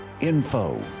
info